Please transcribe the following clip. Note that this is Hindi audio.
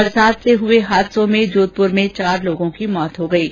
बरसात से हुए हादसों में जोधपुर में चार लोगों की मौत हो गई है